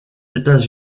états